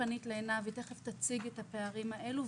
פנית לעינב, והיא תציג את הפערים האלה.